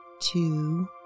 two